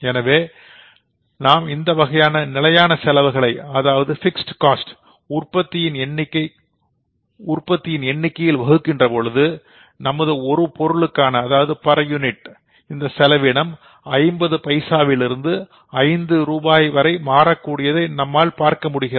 எனவே நாம் இந்த வகையான நிலையான செலவுகளை உற்பத்தியின் எண்ணிக்கையில் வகுக்கின்றபோது நமது ஒரு பொருளுக்கான இந்த செலவினம் ஐம்பது பைசாவிலிருந்து ஐந்து ரூபாய் வரை மாறக்கூடியதை நாம் பார்க்கிறோம்